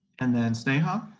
and then, sneha? and